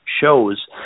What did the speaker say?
shows